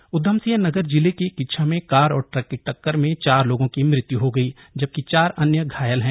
दुर्घटना उधमसिंह नगर जिले के किच्छा में कार और ट्रक की टक्कर में चार लोगों की मृत्य् हो गई जबकि चार अन्य घायल हैं